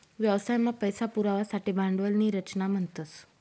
व्यवसाय मा पैसा पुरवासाठे भांडवल नी रचना म्हणतस